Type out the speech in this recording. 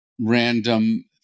random